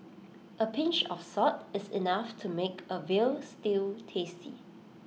A pinch of salt is enough to make A Veal Stew tasty